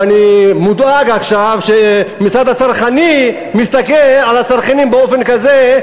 ואני מודאג עכשיו שהמשרד הצרכני מסתכל על הצרכנים באופן כזה,